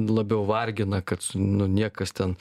labiau vargina kad nu niekas ten